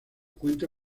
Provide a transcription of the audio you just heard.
cuenta